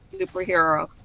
superhero